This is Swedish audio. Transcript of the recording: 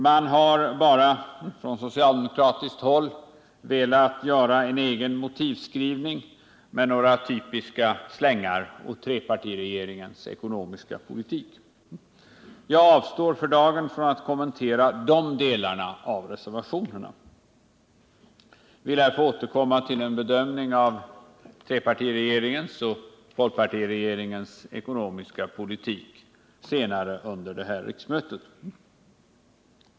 Man har från socialdemokratiskt håll bara velat göra en egen motivskrivning med några typiska slängar åt trepartiregeringen när det gäller den ekonomiska politiken. Jag avstår för dagen från att kommentera de delarna av reservationerna. Vi lär få återkomma till en bedömning av trepartiregeringens och folkpartiregeringens ekonomiska politik senare under det här riksmötet.